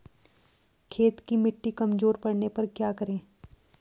खेत की मिटी कमजोर पड़ने पर क्या करें?